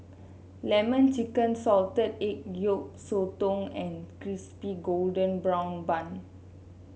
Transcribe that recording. lemon chicken Salted Egg Yolk Sotong and Crispy Golden Brown Bun